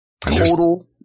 total